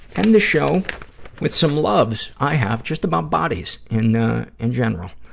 end the show with some loves i have just about bodies in, ah, in general.